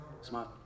Smart